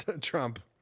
Trump